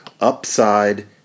upside